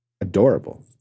adorable